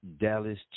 Dallas